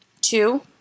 Two